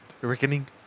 Reckoning